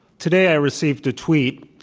today i received a tweet,